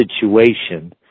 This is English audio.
situation